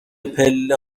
پله